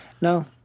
No